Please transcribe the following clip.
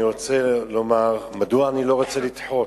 אני רוצה לומר מדוע אני לא רוצה לדחות.